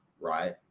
right